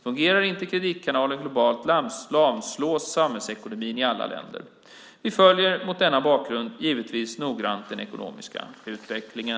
Fungerar inte kreditkanalen globalt lamslås samhällsekonomin i alla länder. Vi följer mot denna bakgrund givetvis noggrant den ekonomiska utvecklingen.